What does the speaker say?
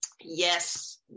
Yes